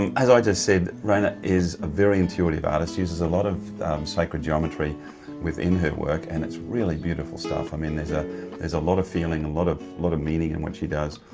as i just said reina is a very intuitive artist. she uses a lot of sacred geometry within her work and it's really beautiful stuff. i mean there's a there's a lot of feeling, a lot of lot of meaning in what she does.